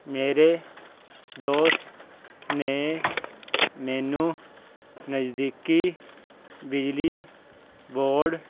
ਮੇਰੇ ਦੋਸਤ ਨੇ ਮੈਨੂੰ ਨਜ਼ਦੀਕੀ ਬਿਜਲੀ ਬੋਰਡ